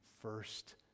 first